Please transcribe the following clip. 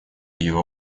его